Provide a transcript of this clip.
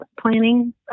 planning